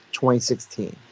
2016